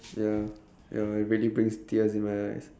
ya ya man really brings tears in my eyes